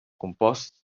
composts